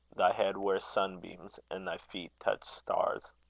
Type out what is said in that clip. thy head wear sunbeams, and thy feet touch stars.